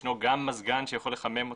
ישנו גם מזגן שיכול לחמם אותו.